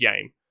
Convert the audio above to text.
game